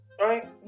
right